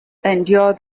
endure